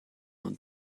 und